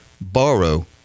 Borrow